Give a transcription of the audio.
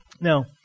Now